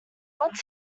what